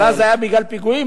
כן, אבל זה היה בגלל פיגועים.